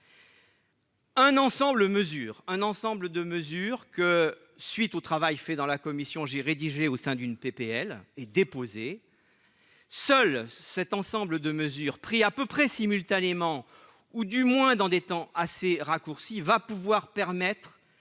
un ensemble de mesures que suite au travail fait dans la commission, j'ai rédigé au sein d'une PPL et déposé seul cet ensemble de mesures prix à peu près simultanément ou, du moins dans des temps assez raccourci va pouvoir permettre